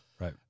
Right